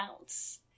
bounce